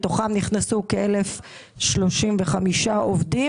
מתוכם נכנסו כ-1,035 עובדים.